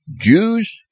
Jews